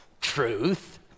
Truth